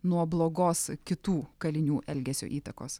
nuo blogos kitų kalinių elgesio įtakos